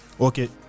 Okay